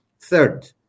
Third